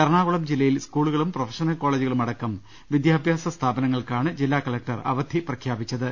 എറണാകുളം ജില്ലയിൽ സ്കൂളുകളും പ്രൊഫഷണൽ കോളേജു കളും അടക്കം വിദ്യാഭ്യാസ സ്ഥാപനങ്ങൾക്കാണ് ജില്ലാ കലക്ടർ അവധി പ്രഖ്യാപിച്ചത്